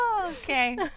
Okay